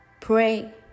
pray